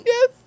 Yes